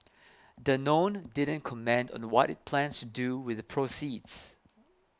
danone didn't comment on what it plans to do with the proceeds